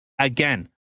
Again